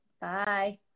bye